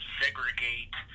segregate